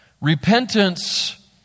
repentance